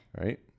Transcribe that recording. Right